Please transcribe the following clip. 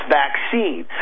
vaccine